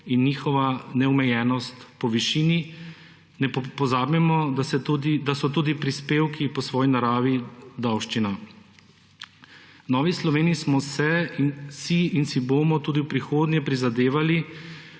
in njihova neomejenost po višini; ne pozabimo, da so tudi prispevki po svoji naravi davščina. V Novi Sloveniji smo si in si bomo tudi v prihodnje prizadevali,